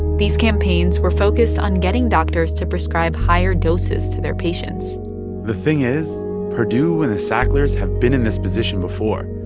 these campaigns were focused on getting doctors to prescribe higher doses to their patients the thing is purdue and the sacklers have been in this position before.